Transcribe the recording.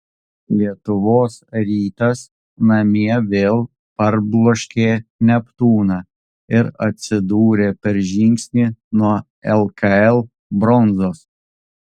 lietuvos rytas namie vėl parbloškė neptūną ir atsidūrė per žingsnį nuo lkl bronzos